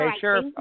sure